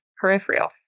peripheral